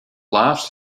laughs